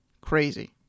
Crazy